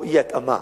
או אי-התאמה.